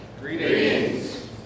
Greetings